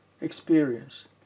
experience